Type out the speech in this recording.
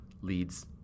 leads